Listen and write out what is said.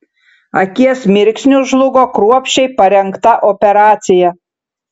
akies mirksniu žlugo kruopščiai parengta operacija